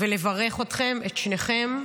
ולברך אתכם, את שניכם,